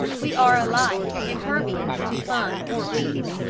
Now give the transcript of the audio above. we are alike impervious to fun or fear.